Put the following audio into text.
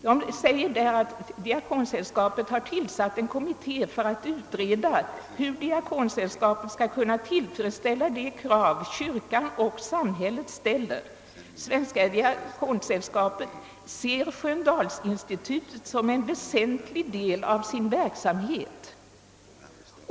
Man säger där att Diakonsällskapet tillsatt en kommitté för att utreda hur Diakonsällskapet skall kunna tillfredsställa de krav kyrkan och samhället ställer. Svenska diakonsällskapet ser Sköndalsinstitutet som en väsentlig del av sin verksamhet, heter det vidare.